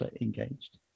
engaged